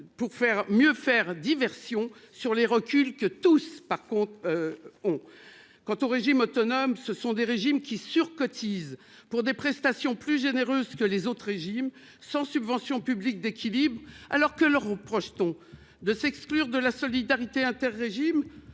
pour diviser et faire diversion aux reculs que vous voulez appliquer ! Quant aux régimes autonomes, ce sont des régimes qui surcotisent pour des prestations plus généreuses que les autres régimes et sans subvention publique d'équilibre. Alors, que leur reproche-t-on ? De s'exclure de la solidarité inter-régimes ?